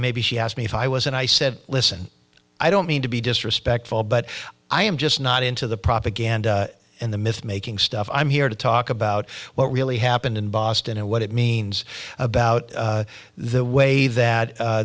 maybe she asked me if i was and i said listen i don't mean to be disrespectful but i am just not into the propaganda and the mythmaking stuff i'm here to talk about what really happened in boston and what it means about the way that